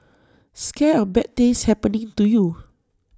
scared of bad things happening to you